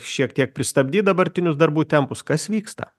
šiek tiek pristabdyt dabartinius darbų tempus kas vyksta